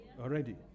already